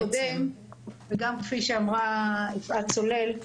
כפי שאמרתי בדיון הקודם וכפי שאמרה יפעת סולל,